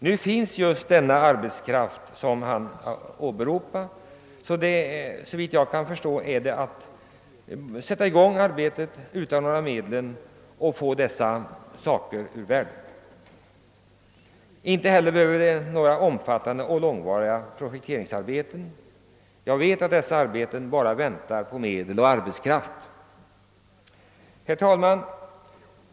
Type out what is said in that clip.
Nu finns just den arbetskraft som han åberopade, och såvitt jag kan förstå är det därför bara att utanordna medlen och sätta i gång arbetena. Inte heller behövs det några omfattande och långvariga projekteringsarbeten. Jag vet att dessa arbeten bara väntar på medel och arbetskraft. Herr talman!